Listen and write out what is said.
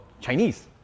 Chinese